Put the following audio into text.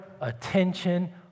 attention